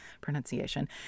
pronunciation